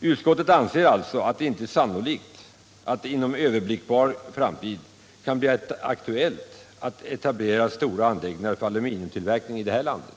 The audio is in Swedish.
Utskottet anser alltså att det inte är sannolikt att det inom överblickbar framtid kan bli aktuellt att etablera stora anläggningar för aluminiumtillverkning här i landet.